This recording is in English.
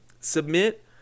submit